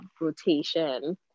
rotation